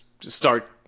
start